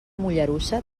mollerussa